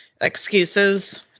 excuses